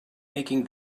making